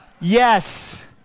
Yes